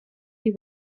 you